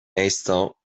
instant